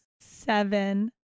Seven